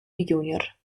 junior